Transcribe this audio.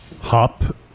Hop